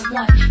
one